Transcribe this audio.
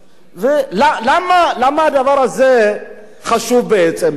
למה הדבר הזה חשוב בעיני?